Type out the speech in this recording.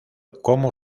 como